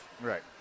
Right